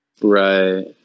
right